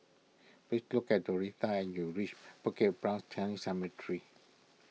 please look at Doretta and you reach Bukit Brown Chinese Cemetery